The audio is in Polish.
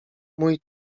mój